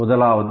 1